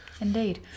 indeed